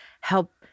help